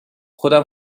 خودمم